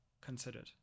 considered